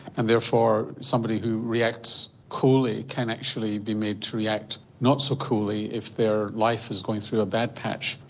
and therefore somebody who reacts coolly can actually be made to react not so coolly if their life is going through a bad patch.